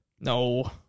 No